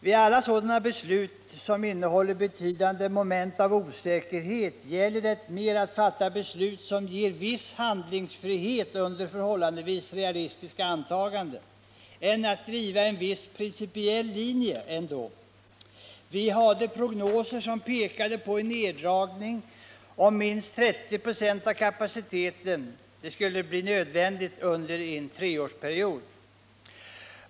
Vid alla sådana beslut som innehåller betydande moment av osäkerhet gäller det mer att fatta beslut som ger viss handlingsfrihet under förhållandevis realistiska antaganden än att driva en viss principiell linje. Vi har prognoser som pekade på att en neddragning om minst 30 26 av kapaciteten skulle kunna bli nödvändig under en treårsperiod.